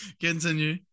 Continue